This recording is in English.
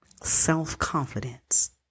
self-confidence